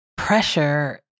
Pressure